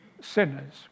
sinners